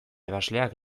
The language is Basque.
ebasleak